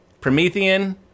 Promethean